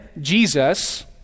Jesus